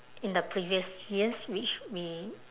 in the previous years which we